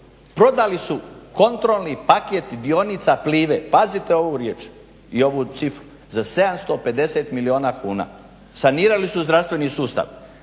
Prodali su kontrolni paket dionica Plive, pazite ovu riječ i ovu cifru za 750 milijuna kuna, sanirali su zdravstveni sustav.